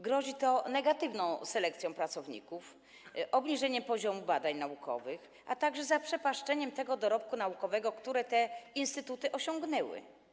Grozi to negatywną selekcją pracowników, obniżeniem poziomu badań naukowych, a także zaprzepaszczeniem dorobku naukowego, jaki te instytuty mają.